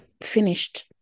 finished